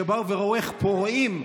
שבאו וראו איך פורעים פה,